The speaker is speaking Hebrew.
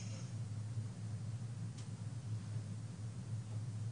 וכך לתושבי האזור יש עדיפות על תושבי